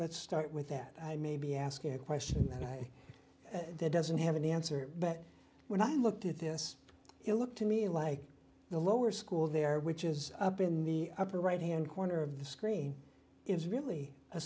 let's start with that i may be asking a question that i that doesn't have an answer but when i looked at this it looked to me like the lower school there which is up in the upper right hand corner of the screen is really a